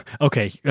okay